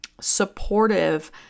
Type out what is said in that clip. supportive